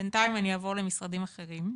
בינתיים אני אעבור למשרדים אחרים,